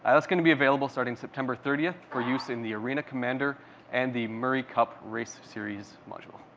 ah that's going to be available starting september thirtieth for use in the arena commander and the murray cup race series module.